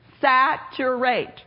Saturate